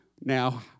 Now